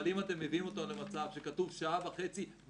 אבל אם אתם מביאים אותן למצב שכתוב שעה וחצי,